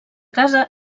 casa